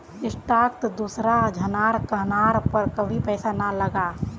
स्टॉकत दूसरा झनार कहनार पर कभी पैसा ना लगा